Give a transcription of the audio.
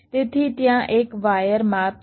તેથી ત્યાં એક વાયર માપ છે